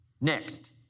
Next